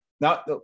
now